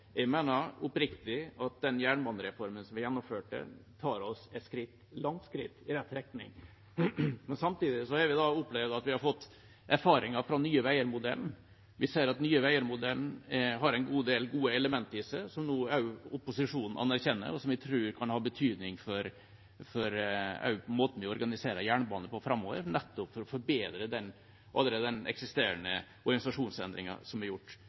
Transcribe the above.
Jeg mener oppriktig at den jernbanereformen vi gjennomførte, tar oss et langt skritt i rett retning. Samtidig har vi fått erfaringer fra Nye Veier-modellen. Vi ser at Nye Veier-modellen har en god del gode elementer i seg, som nå også opposisjonen anerkjenner, og som jeg tror også kan ha betydning for måten vi organiserer jernbanen på framover, nettopp for å forbedre de eksisterende organisasjonsendringene som er gjort.